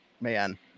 man